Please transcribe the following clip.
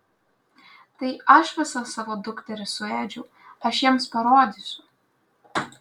tai aš visas savo dukteris suėdžiau aš jiems parodysiu